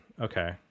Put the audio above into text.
Okay